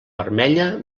vermella